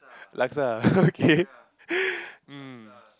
laksa ah okay um